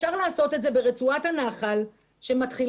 אפשר לעשות את זה ברצועת הנחל שמתחילה